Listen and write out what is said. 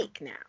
now